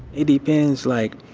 it depends. like,